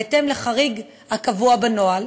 בהתאם לחריג הקבוע בנוהל,